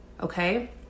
okay